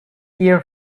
hear